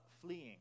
fleeing